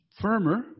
firmer